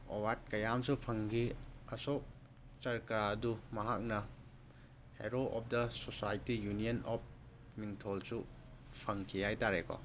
award ꯀꯌꯥ ꯑꯃꯁꯨ ꯐꯪꯈꯤ ꯑꯁꯣꯛ ꯆꯀ꯭ꯔ ꯑꯗꯨ ꯃꯍꯥꯛꯅ hero of the society union of ꯃꯤꯡꯊꯣꯜꯁꯨ ꯐꯪꯈꯤ ꯍꯥꯏꯇꯥꯔꯦ ꯀꯣ